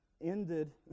ended